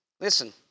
Listen